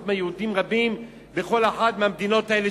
מיהודים רבים בכל אחת מהמדינות האלה,